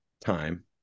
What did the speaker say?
time